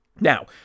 Now